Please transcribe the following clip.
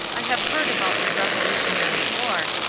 i have heard about your revolutionary war,